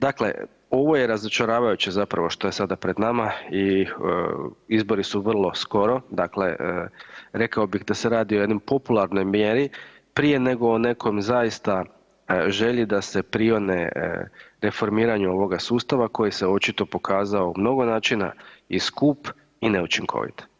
Dakle, ovo je razočaravajuće zapravo što je sada pred nama i izbori su vrlo skoro, dakle, rekao bih da se radi o jednoj popularnoj mjeri, prije nego nekom zaista želji da se prione reformiranju ovoga sustava koji se očito pokazao na mnogo načina i skup i neučinkovit.